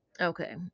Okay